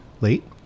late